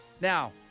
Now